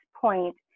point